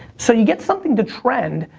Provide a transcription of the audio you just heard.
so you get something to trend,